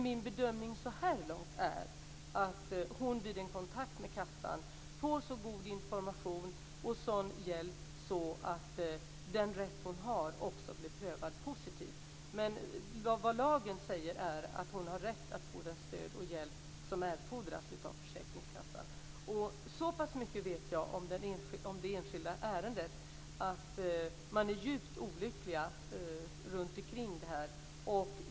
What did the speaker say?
Min bedömning så här långt är dock att hon vid kontakt med kassan får så god information och sådan hjälp att den rätt hon har också blir prövad positivt. Vad lagen säger är att hon har rätt att få det stöd och den hjälp som erfordras från försäkringskassan. Så pass mycket vet jag om det enskilda ärendet att man runtomkring är djupt olycklig över detta.